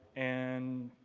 and